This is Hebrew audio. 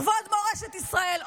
לכבוד מורשת ישראל,